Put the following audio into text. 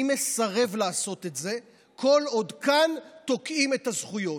אני מסרב לעשות את זה כל עוד כאן תוקעים את הזכויות,